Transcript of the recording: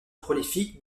prolifique